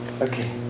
Okay